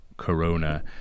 Corona